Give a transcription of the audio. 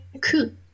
cool